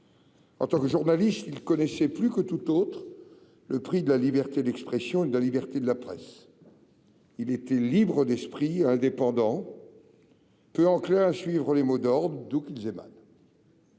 en tant que journaliste, il connaissait plus que tout autre le prix de la liberté d'expression et de la liberté de la presse. Il était libre d'esprit, indépendant, peu enclin à suivre les mots d'ordre, d'où qu'ils émanent.